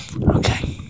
Okay